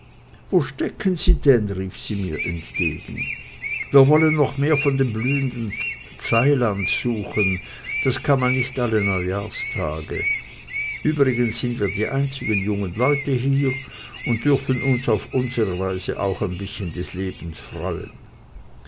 wo stecken sie denn rief sie mir entgegen wir wollen noch mehr von dem blühenden zeiland suchen das kann man nicht alle neujahrstage überdies sind wir die einzigen jungen leute hier und dürfen uns auf unsere weise auch ein bißchen des lebens freuen